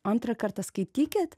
antrą kartą skaitykit